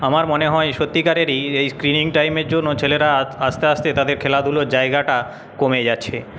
আমার মনে হয় সত্যিকারেরই এই স্ক্রিনিং টাইমের জন্যই ছেলেরা আস্তে আস্তে খেলাধুলোর জায়গাটা কমে যাচ্ছে